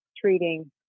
treating